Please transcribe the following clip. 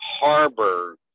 harbor